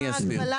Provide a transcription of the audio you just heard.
מה ההגבלה?